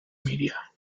media